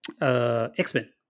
x-men